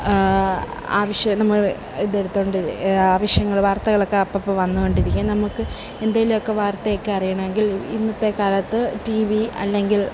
ആവശ്യം നമ്മൾ ഇത് എടുത്തുകൊണ്ട് ആവശ്യങ്ങൾ വർത്തകളൊക്കെ അപ്പഅപ്പം വന്നു കൊണ്ടിരിക്കും നമുക്കും എന്തെങ്കിലുമൊക്കെ വർത്തയൊക്കെ അറിയണമെങ്കിൽ ഇന്നത്തെ കാലത്ത് ടിവി അല്ലെങ്കിൽ